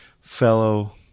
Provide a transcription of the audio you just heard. fellow